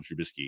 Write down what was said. Trubisky